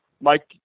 Mike